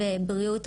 בריאות,